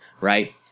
right